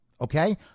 Okay